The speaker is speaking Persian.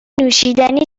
نوشیدنی